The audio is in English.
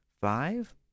Five